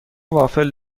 وافل